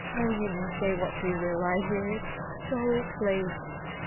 oh, you may say what you will i hear it so plainly.